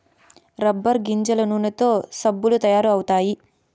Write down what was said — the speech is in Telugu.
రబ్బర్ గింజల నూనెతో సబ్బులు తయారు అవుతాయి